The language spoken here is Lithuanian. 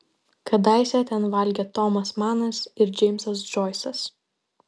kadaise ten valgė tomas manas ir džeimsas džoisas